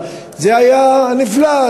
זה היה נפלא,